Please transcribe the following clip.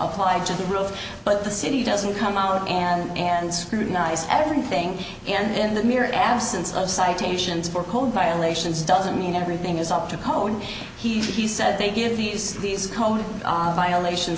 applied to the road but the city doesn't come out and and scrutinize everything and the mere absence of citations for code violations doesn't mean everything is up to code he said they give these these code violation